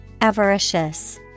avaricious